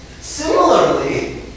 Similarly